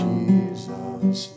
Jesus